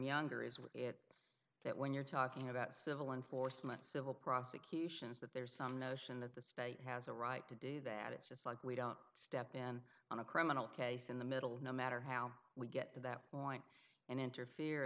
younger is it that when you're talking about civil law enforcement civil prosecutions that there's some notion that the state has a right to do that it's just like we don't step in on a criminal case in the middle no matter how we get to that point and interfere